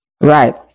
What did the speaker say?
Right